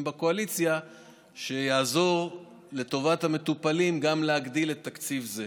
בקואליציה שיעזור לטובת המטופלים גם להגדיל את תקציב זה.